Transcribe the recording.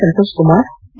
Santosh Kumar K